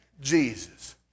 Jesus